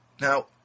Now